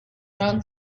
drown